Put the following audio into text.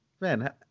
man